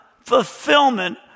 fulfillment